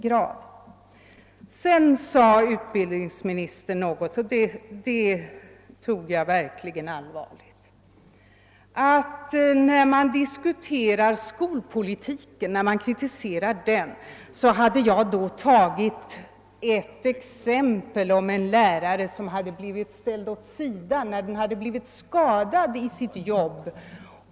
got som jag verkligen tog allvarligt, nämligen att när man diskuterade skolpolitiken och kritiserade den hade jag tagit upp ett exempel om en lärare som blivit ställd åt sidan, sedan han blivit skadad i sitt jobb.